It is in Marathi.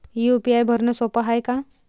यू.पी.आय भरनं सोप हाय का?